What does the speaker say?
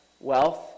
wealth